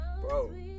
Bro